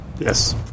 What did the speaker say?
Yes